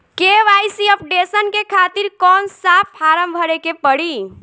KYC updation के खातिर कौन सा फारम भरे के पड़ी?